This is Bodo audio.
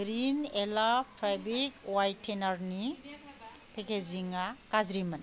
रिन एलाब फेब्रिक व्हायटेनारनि पेकेजिंआ गाज्रिमोन